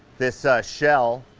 this shell